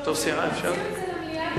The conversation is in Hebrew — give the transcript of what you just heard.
תציעו את זה למליאה, גם,